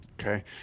okay